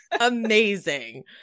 amazing